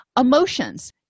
Emotions